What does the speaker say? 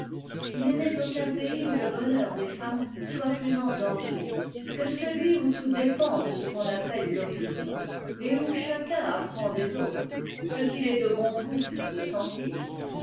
il n'est aucun pays où le bonheur des femmes soit plus en danger que celui où tout dépend de ce qu'on appelle l'opinion et où chacun apprend des autres ce qu'il est de bon goût de sentir